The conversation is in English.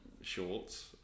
shorts